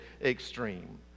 extreme